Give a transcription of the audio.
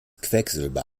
quecksilber